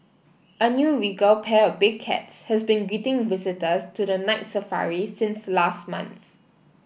a new regal pair of big cats has been greeting visitors to the Night Safari since last month